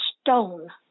stone